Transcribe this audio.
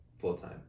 full-time